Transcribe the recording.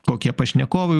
kokie pašnekovai